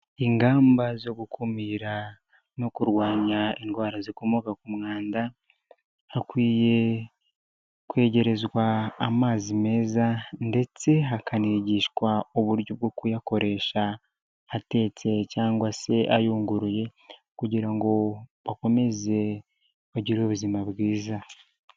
Ingamba zo gukumira no kurwanya indwara zikomoka ku mwanda, hakwiye kwegerezwa amazi meza ndetse hakanigishwa uburyo bwo kuyakoresha atetse cyangwa se ayunguruye, kugira ngo bakomeze bagire ubuzima bwiza.